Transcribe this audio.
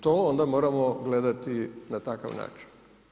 To onda moramo gledati na takav način.